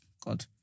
God